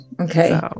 Okay